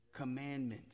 commandments